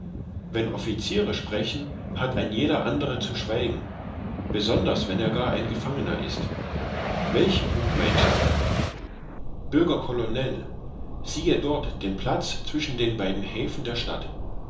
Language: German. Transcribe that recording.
wenn offiziere sprechen hat ein jeder andere zu schweigen besonders wenn er gar ein gefangener ist welchen punkt meinst du bürger colonel siehe dort den platz zwischen beiden häfen der stadt